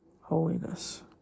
holiness